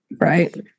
Right